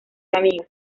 amiga